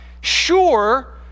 sure